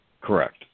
Correct